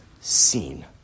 seen